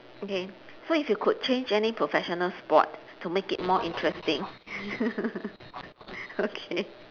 okay so if you could change any professional sport to make it more interesting okay